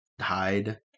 hide